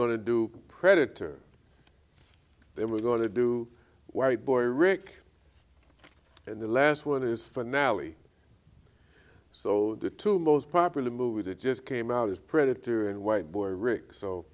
to do predator they were going to do white boy rick and the last one is finale so the two most popular movies it just came out as predator and white boy rick so